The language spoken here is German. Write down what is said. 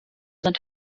sind